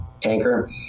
tanker